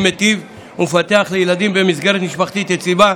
מיטיב ומפתח לילדים במסגרת משפחתית יציבה,